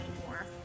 anymore